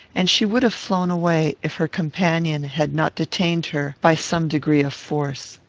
and she would have flown away, if her companion had not detained her by some degree of force.